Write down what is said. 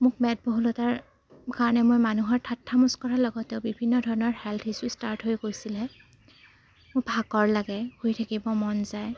মোক মেদবহুলতাৰ কাৰণে মই মানুহৰ ঠাত্তা মস্কৰাৰ লগতেও বিভিন্ন ধৰণৰ হেল্থ ইচ্যু ষ্টাৰ্ট হৈ গৈছিলে মোৰ ভাগৰ লাগে শুই থাকিব মন যায়